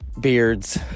beards